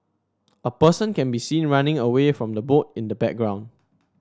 a person can be seen running away from the boat in the background